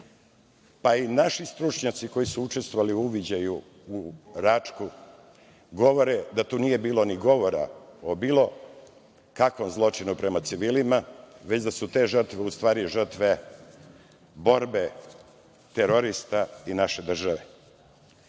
pa i naši stručnjaci koji su učestvovali u uviđaju u Račku, govore da tu nije bilo ni govora o bilo kakvom zločinu prema civilima, već da su te žrtve u stvari žrtve borbe terorista i naše